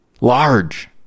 Large